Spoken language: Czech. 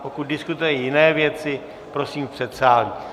Pokud diskutuje jiné věci, prosím v předsálí.